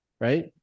Right